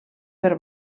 per